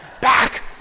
back